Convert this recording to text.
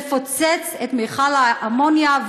לפוצץ את מכל האמוניה,